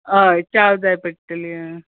हय चाव जाय पडटली